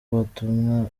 butumwa